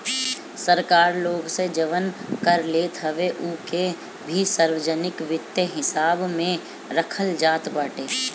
सरकार लोग से जवन कर लेत हवे उ के भी सार्वजनिक वित्त हिसाब में रखल जात बाटे